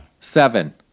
seven